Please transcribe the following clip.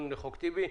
תיקון ל"חוק טיבי",